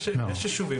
יש יישובים